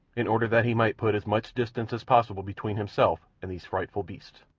in order that he might put as much distance as possible between himself and these frightful beasts.